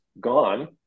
gone